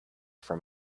from